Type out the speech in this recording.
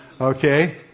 Okay